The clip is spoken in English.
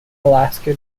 alaska